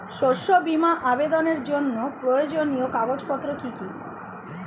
শস্য বীমা আবেদনের জন্য প্রয়োজনীয় কাগজপত্র কি কি?